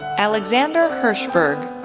alexander hirschberg